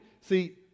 See